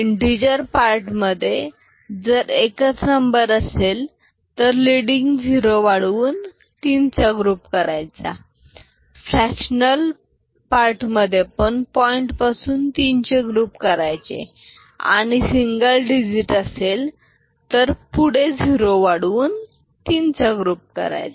integer part मधे जर एकच नंबर असेल तर लीडींग झीरो वाढवून 3 चा ग्रुप करायचा फ्रॅक्टनल पार्ट मधे पण पॉईंट पासून 3 चे ग्रुप करायचे आणि सिंगल डिजिट असेल तर पुढे झीरो वाढवून 3 चा ग्रुप करायचा